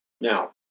Now